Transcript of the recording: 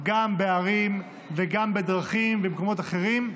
גם בערים וגם בדרכים ובמקומות אחרים.